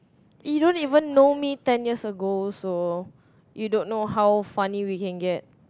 you don't even know me ten years ago also you don't know how funny we can get